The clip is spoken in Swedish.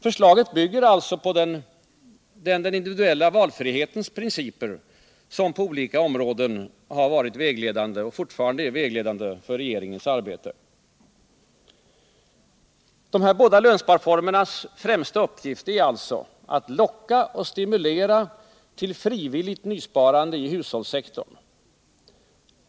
Förslaget bygger alltså på den individuella valfrihetens principer, som på olika områden har varit och fortfarande är vägledande för regeringens arbete. De här båda lönsparformernas främsta uppgift är alltså att locka och stimulera till frivilligt nysparande i hushållssektorn.